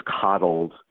coddled